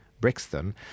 Brixton